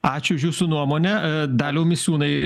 ačiū už jūsų nuomonę daliau misiūnai